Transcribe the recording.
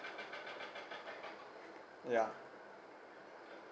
ya